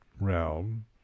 realm